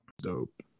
dope